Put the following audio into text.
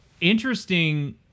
Interesting